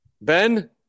Ben